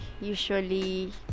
Usually